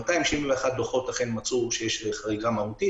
ניתנו 271 דוחות כשמצאו חריגה מהותית